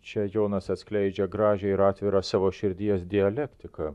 čia jonas atskleidžia gražią ir atvirą savo širdies dialektiką